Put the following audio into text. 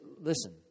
listen